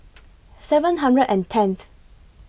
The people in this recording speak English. seven hundred and tenth